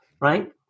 Right